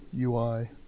UI